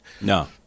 No